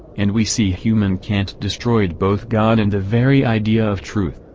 and we see hume and kant destroyed both god and the very idea of truth.